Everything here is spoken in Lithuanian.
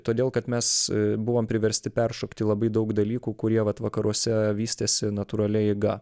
todėl kad mes buvom priversti peršokti labai daug dalykų kurie vat vakaruose vystėsi natūralia eiga